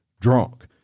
drunk